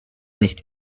nicht